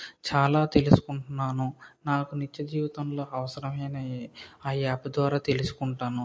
ఆ యాప్ ద్వారా నేను చాలా తెలుసుకుంటున్నాను నాకు నిత్య జీవితంలో అవసరమైనవి ఆ యాప్ ద్వారా తెలుసుకుంటాను